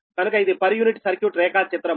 కనుక ఇది per unit circuit రేఖా చిత్రము